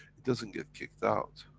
it doesn't get kicked out,